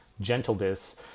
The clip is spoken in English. Gentleness